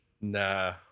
Nah